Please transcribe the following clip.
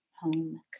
home